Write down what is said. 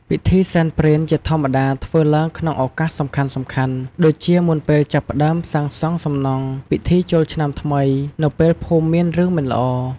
ពិធីសែនព្រេនជាធម្មតាធ្វើឡើងក្នុងឱកាសសំខាន់ៗ ដូចជាមុនពេលចាប់ផ្តើមសាងសង់សំណង់ ពិធីចូលឆ្នាំថ្មីនៅពេលភូមិមានរឿងមិនល្អ ។